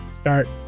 start